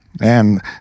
And